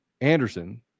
Anderson